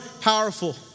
powerful